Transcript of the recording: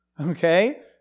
Okay